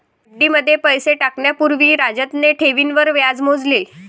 FD मध्ये पैसे टाकण्या पूर्वी राजतने ठेवींवर व्याज मोजले